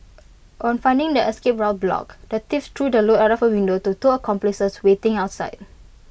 on finding their escape route blocked the thieves threw the loot out of A window to two accomplices waiting outside